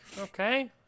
Okay